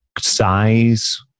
size